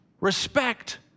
Respect